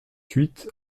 huit